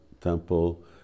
temple